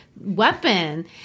weapon